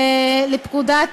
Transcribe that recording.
לפקודת